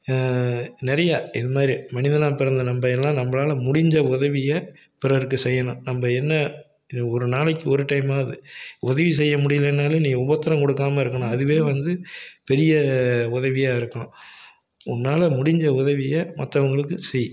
நிறையா இதுமாதிரி மனிதனாக பிறந்த நம்ப எல்லாம் நம்பளால் முடிஞ்ச உதவிய பிறருக்கு செய்யணும் நம்ப என்ன இது ஒரு நாளைக்கு ஒரு டைமாவது உதவி செய்ய முடியலைன்னாலும் நீங்கள் உபத்திரம் கொடுக்காம இருக்கணும் அதுவே வந்து பெரிய உதவியா இருக்கும் உன்னால் முடிஞ்ச உதவியை மற்றவங்களுக்கு செய்